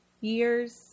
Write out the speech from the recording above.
years